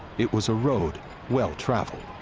it was a road well-traveled.